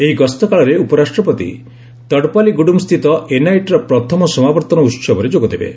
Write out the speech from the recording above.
ଏହି ଗସ୍ତ କାଳରେ ଉପରାଷ୍ଟ୍ରପତି ତଡ଼ପାଲିଗ୍ରଡ଼ମ ସ୍ଥିତ ଏନ୍ଆଇଟିର ପ୍ରଥମ ସମାବର୍ତ୍ତନ ଉତ୍ସବରେ ଯୋଗଦେବେ